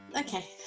Okay